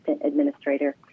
administrator